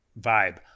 vibe